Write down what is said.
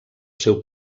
seu